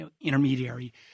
intermediary